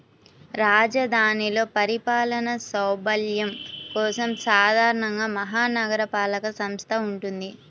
రాజధానిలో పరిపాలనా సౌలభ్యం కోసం సాధారణంగా మహా నగరపాలక సంస్థ వుంటది